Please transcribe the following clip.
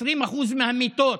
20% מהמיטות.